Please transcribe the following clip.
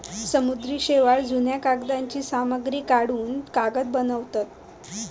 समुद्री शेवाळ, जुन्या कागदांची सामग्री काढान कागद बनवतत